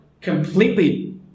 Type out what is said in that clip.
completely